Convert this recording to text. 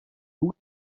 lud